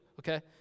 Okay